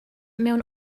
mewn